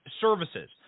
services